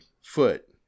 foot